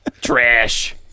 trash